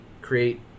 create